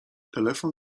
telefon